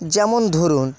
যেমন ধরুন